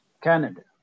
Canada